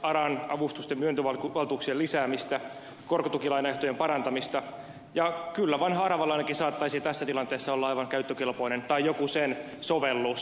aran avustusten myöntövaltuuksien lisäämistä korkotukilainaehtojen parantamista ja kyllä vanha aravalainakin saattaisi tässä tilanteessa olla aivan käyttökelpoinen tai joku sen sovellus